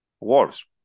wars